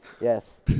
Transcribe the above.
Yes